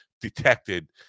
detected